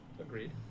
Agreed